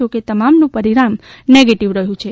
જેકે તમામનુ પરિણામ નેગેટીવ રહ્યુ છે